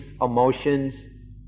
emotions